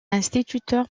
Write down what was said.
instituteur